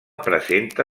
presenta